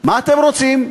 מה אתם רוצים?